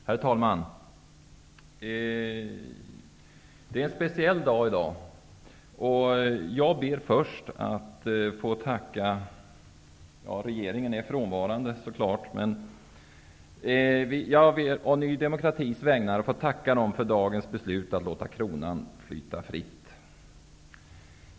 Herr talman! Det är en speciell dag i dag. Regeringen är naturligtvis frånvarande, men jag ber å Ny demokratis vägnar att få tacka för dagens beslut att låta kronan flyta fritt.